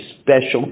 special